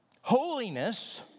Holiness